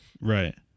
Right